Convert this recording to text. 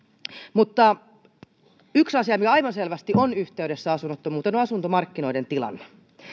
mutta yksi asia mikä aivan selvästi on yhteydessä asunnottomuuteen on asuntomarkkinoiden tilanne